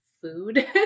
food